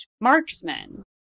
marksman